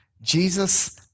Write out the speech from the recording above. Jesus